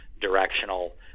directional